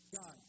God